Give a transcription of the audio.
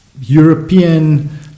European